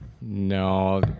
No